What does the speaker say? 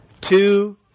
two